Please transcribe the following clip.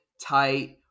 tight